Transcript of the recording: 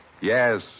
Yes